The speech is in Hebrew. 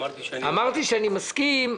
אמרתי שאני מסכים,